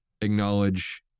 acknowledge